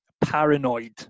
paranoid